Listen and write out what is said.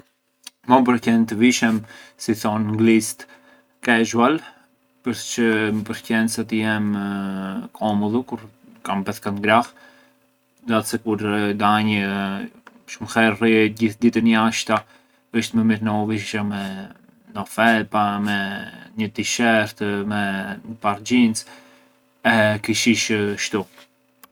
Mua më përqen të vishem, si thonë nglisët, casual, përç më përqen sa të jemë komudu kur kam pethkat ngrah, dat’se kur danj shumë herë rri gjithë ditën jashta, ish më mirë na u vishesha me na felpa, me një t-shirt, me një parë jeans e kish ish ‘shtu.